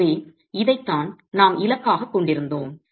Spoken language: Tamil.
எனவே இதைத்தான் நாம் இலக்காகக் கொண்டிருந்தோம்